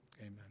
Amen